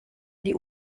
die